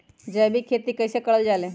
जैविक खेती कई से करल जाले?